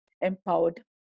empowered